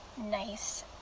nice